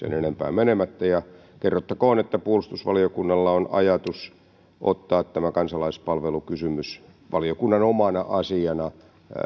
menemättä kerrottakoon että puolustusvaliokunnalla on ajatus ottaa kansalaispalvelukysymys valiokunnan omana asiana